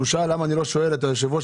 שהוא שאל למה אני לא שואל את היושב-ראש